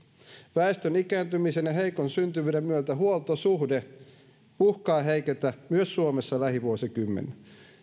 väestön ikääntymisen ja heikon syntyvyyden myötä huoltosuhde uhkaa heiketä myös suomessa lähivuosikymmeninä